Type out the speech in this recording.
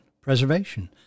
preservation